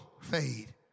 fade